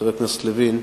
חבר הכנסת לוין,